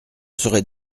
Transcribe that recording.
serait